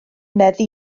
meddu